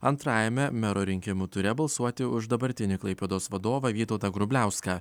antrajame mero rinkimų ture balsuoti už dabartinį klaipėdos vadovą vytautą grubliauską